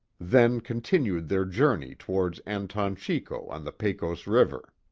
then continued their journey towards anton chico on the pecos river.